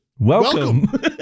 Welcome